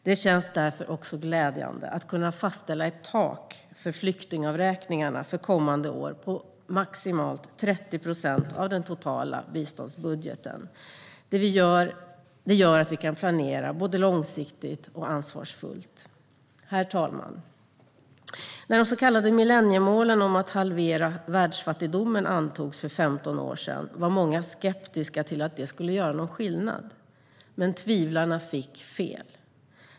Det känns därför också glädjande att kunna fastställa ett tak för flyktingavräkningarna för kommande år på maximalt 30 procent av den totala biståndsbudgeten. Det gör att vi kan planera både långsiktigt och ansvarsfullt. Herr talman! När de så kallade millenniemålen om att halvera världsfattigdomen antogs för 15 år sedan var många skeptiska till att de skulle göra någon skillnad. Men tvivlarna fick fel.